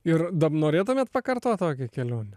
ir dar norėtumėt pakartot tokią kelionę